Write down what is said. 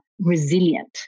resilient